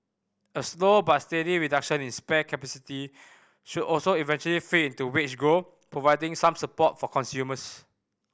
a slow but steady reduction in spare capacity should also eventually feed into wage growth providing some support for consumers